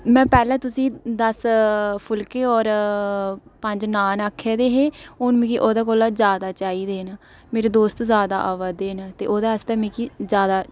में पैह्लें तुसें ई दस्स फुल्के और पंज नान आक्खे दे हे हून मिकी ओह्दे कोला जैदा चाहिदे मेरे दोस्त जैदा आवै दे न ते ओह्दे आस्तै मिगी जैदा